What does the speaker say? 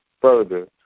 further